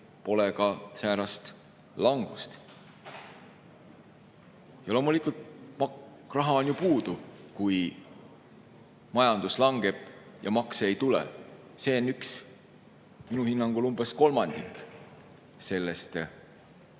pole ka säärast langust. Ja loomulikult raha on ju puudu, kui majandus langeb ja makse ei tule. Minu hinnangul umbes üks kolmandik sellest